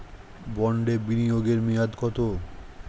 বন্ডে বিনিয়োগ এর মেয়াদ কত?